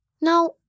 Now